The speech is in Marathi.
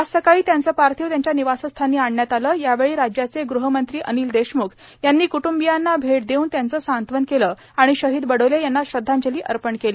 आज सकाळी त्यांचे पार्थिव त्यांच्या निवासस्थानी आणण्यात आले यावेळी राज्याचे गृहमंत्री अनिल देशमुख यांनी कुटुंबियांना भेट देऊन त्यांचं सांत्वन केलं आणि शाहिद बडोले यांना श्रद्धांजली अर्पण केली